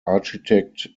architect